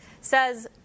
says